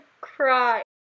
cry